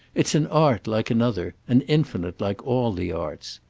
it's an art like another, and infinite like all the arts.